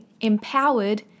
empowered